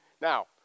Now